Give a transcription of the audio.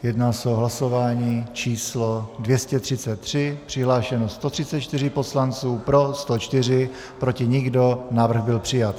Jedná se o hlasování číslo 233, přihlášeno 134 poslanců, pro 104, proti nikdo, návrh byl přijat.